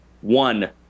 One